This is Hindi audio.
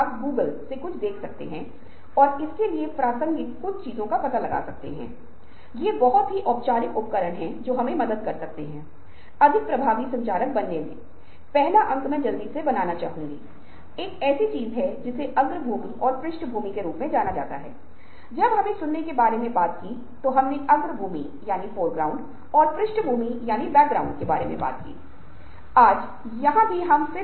कालानुक्रमिक आयु विभाजित करने वाली कुंडली है जिसे हम 100 से गुणा करते हैं हम पाते हैं कि उसका खुफिया प्रश्न या आईक्यू क्या है